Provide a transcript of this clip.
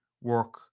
work